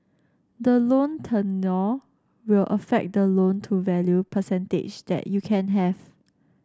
the loan tenure will affect the loan to value percentage that you can have